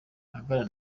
aganira